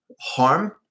harm